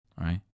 right